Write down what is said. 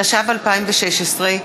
התשע"ו 2016,